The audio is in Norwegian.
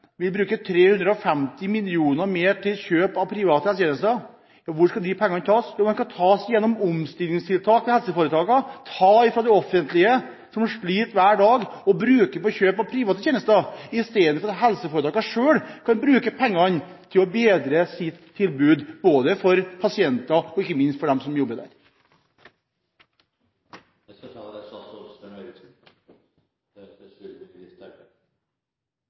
350 mill. kr mer til kjøp av private helsetjenester. Hvor skal de pengene tas? Jo, de skal tas gjennom omstillingstiltak ved helseforetakene, ta fra det offentlige som sliter hver dag, og bruke det på kjøp av private tjenester, istedenfor at helseforetakene selv kan bruke pengene til å bedre sitt tilbud for pasienter – og ikke minst dem som jobber der. Det er